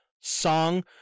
song